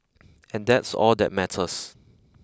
and that's all that matters